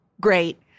great